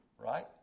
right